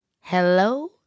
hello